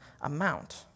amount